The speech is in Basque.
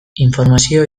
informazio